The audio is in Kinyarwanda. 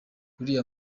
uriya